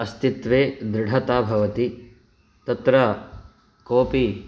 अस्तित्वे दृढता भवति तत्र कोपि